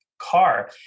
car